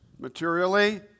materially